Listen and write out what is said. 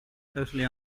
totally